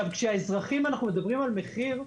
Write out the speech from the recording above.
כשאנחנו מדברים על מחיר,